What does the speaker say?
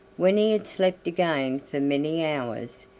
when he had slept again for many hours,